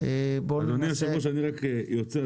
אדוני היו"ר אני יוצא,